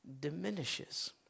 diminishes